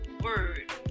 word